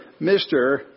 Mr